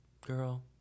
Girl